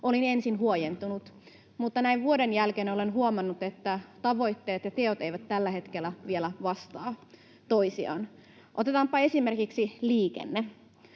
olin ensin huojentunut. Mutta näin vuoden jälkeen olen huomannut, että tavoitteet ja teot eivät tällä hetkellä vielä vastaa toisiaan. Otetaanpa esimerkiksi liikenne.